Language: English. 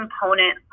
component